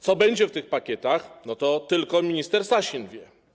Co będzie w tych pakietach, to tylko minister Sasin wie.